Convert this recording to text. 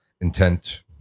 intent